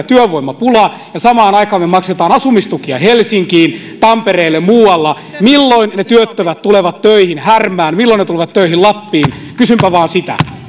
työvoimapula ja samaan aikaan me maksamme asumistukia helsinkiin tampereelle muualle milloin ne työttömät tulevat töihin härmään milloin ne tulevat töihin lappiin kysynpä vain sitä